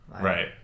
Right